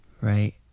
right